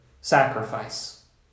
sacrifice